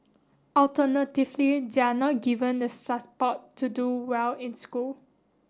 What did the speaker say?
alternatively they are not given the to do well in school